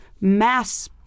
mass